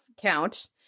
count